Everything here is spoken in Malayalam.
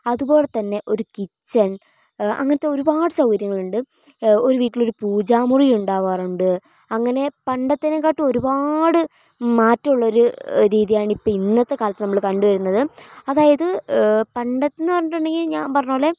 അതുപോലെ തന്നെ ഒരു കിച്ചൺ അങ്ങനത്തെ ഒരുപാട് സൗകര്യങ്ങൾ ഉണ്ട് ഒരു വീട്ടിലൊരു പൂജാമുറി ഉണ്ടാവാറുണ്ട് അങ്ങനെ പണ്ടത്തെന്ക്കാട്ടിലും ഒരുപാട് മാറ്റൊളൊരു രീതിയാണ് ഇപ്പൊ ഇന്നത്തെ കാലത്ത് നമ്മള് കണ്ട് വരുന്നത് അതായത് പണ്ടെന്ന് പറഞ്ഞിട്ടുണ്ടെങ്കി ഞാൻ പറഞ്ഞ പോലെ